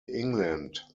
england